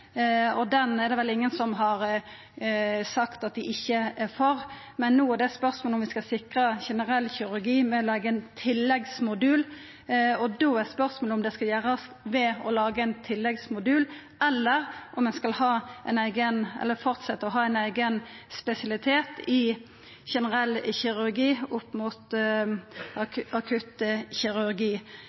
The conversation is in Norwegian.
og den er det vel ingen som har sagt at dei ikkje er for, men no er det spørsmål om vi skal sikra generell kirurgi ved å laga ein tilleggsmodul, og då er spørsmålet om det skal gjerast ved å laga ein tilleggsmodul eller om ein skal fortsetja å ha ein eigen spesialitet i generell kirurgi opp mot akuttkirurgi.